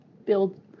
build